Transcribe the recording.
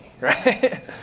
right